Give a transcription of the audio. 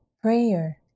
prayer